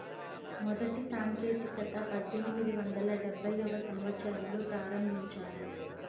మొదటి సాంకేతికత పద్దెనిమిది వందల డెబ్భైవ సంవచ్చరంలో ప్రారంభించారు